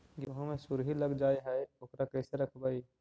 गेहू मे सुरही लग जाय है ओकरा कैसे रखबइ?